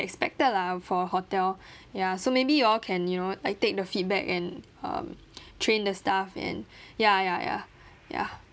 expected lah for a hotel ya so maybe y'all can you know like take the feedback and um train the staff and ya ya ya ya